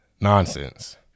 nonsense